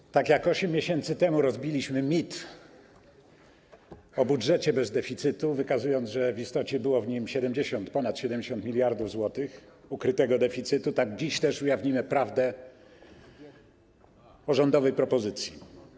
Tak jak 8 miesięcy temu rozbiliśmy mit o budżecie bez deficytu, wykazując, że w istocie było w nim ponad 70 mld zł ukrytego deficytu, tak dziś też ujawnimy prawdę o rządowej propozycji.